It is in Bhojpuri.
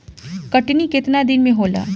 कटनी केतना दिन में होला?